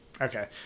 Okay